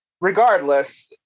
regardless